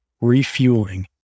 refueling